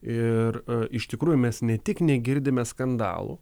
ir iš tikrųjų mes ne tik negirdime skandalų